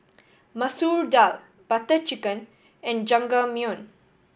Masoor Dal Butter Chicken and Jajangmyeon